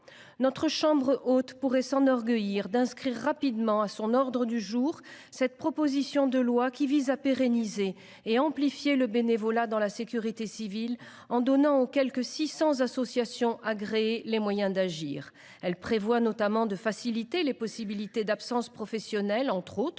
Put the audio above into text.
La Chambre haute pourrait s’enorgueillir d’inscrire rapidement à son ordre du jour cette proposition de loi qui vise à pérenniser et amplifier le bénévolat dans la sécurité civile en donnant aux quelque 600 associations agréées les moyens d’agir. Ce texte prévoit notamment de faciliter les possibilités d’absence professionnelle, entre autres,